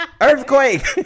Earthquake